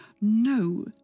No